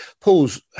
Paul's